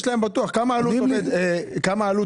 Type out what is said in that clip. מה העלות